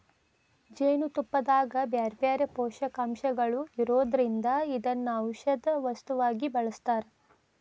ಜೇನುತುಪ್ಪದಾಗ ಬ್ಯಾರ್ಬ್ಯಾರೇ ಪೋಷಕಾಂಶಗಳು ಇರೋದ್ರಿಂದ ಇದನ್ನ ಔಷದ ವಸ್ತುವಾಗಿ ಬಳಸ್ತಾರ